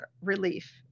relief